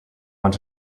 want